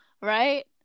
right